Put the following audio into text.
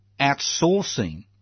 outsourcing